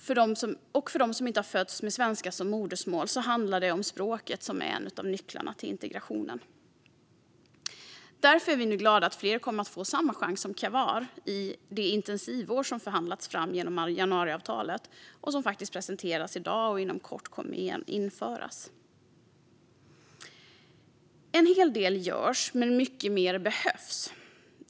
För dem som inte fötts med svenska som modersmål är språket en av nycklarna till integration. Vi är därför glada att fler nu kommer att få samma chans som Kahwar genom det intensivår som har förhandlats fram genom januariavtalet. Det presenteras i dag och kommer inom kort att införas. En hel del görs, men mycket mer behövs.